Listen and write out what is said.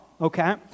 okay